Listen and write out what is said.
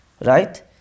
right